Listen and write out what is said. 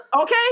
okay